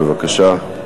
בבקשה.